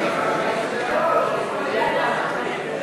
אוקיי.